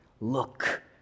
Look